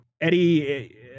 Eddie